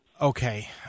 Okay